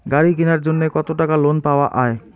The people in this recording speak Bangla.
গাড়ি কিনার জন্যে কতো টাকা লোন পাওয়া য়ায়?